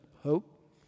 hope